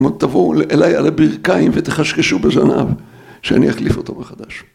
תבואו אליי על הברכיים ותכשכשו בזנב שאני אחליף אותו מחדש.